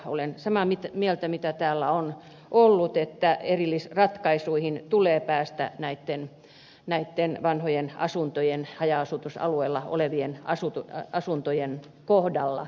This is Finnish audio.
olen samaa mieltä siitä mitä täällä on sanottu että erillisratkaisuihin tulee päästä näitten vanhojen haja asutusalueilla olevien asuntojen kohdalla